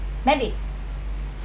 mandy